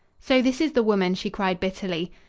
so this is the woman! she cried bitterly.